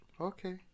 Okay